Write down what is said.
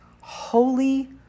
Holy